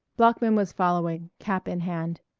bloeckman was following, cap in hand.